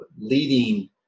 leading